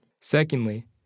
Secondly